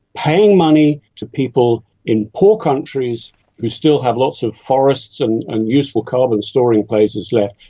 paying money to people in poor countries who still have lots of forests and and useful carbon storing places left,